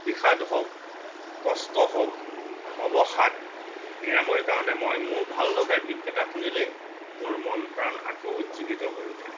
বিষাদ হওক কষ্ট হওক অৱসাদ নিৰাময়ৰ কাৰণে মই মোৰ ভাললগা গীতকেইটা শুনিলেই মোৰ মন প্ৰাণ আকৌ উজ্জীৱিত হৈ উঠে